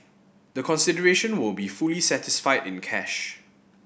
the consideration will be fully satisfied in cash